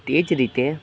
તે જ રીતે